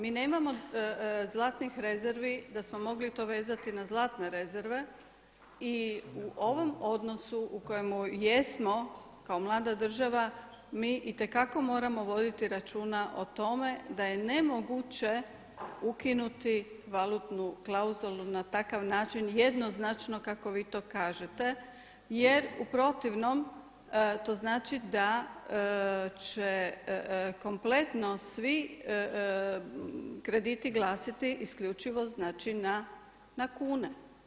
Mi nemamo zlatnih rezervi da smo to mogli vezati na zlatne rezerve i u ovom odnosu u kojem jesmo kao mlada država, mi itekako moramo voditi računa o tome da je nemoguće ukinuti valutnu klauzulu na takav način jednoznačno kako vi to kažete jer u protivnom to znači da će kompletno svi krediti glasiti isključivo na kune.